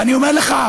ואני אומר לך,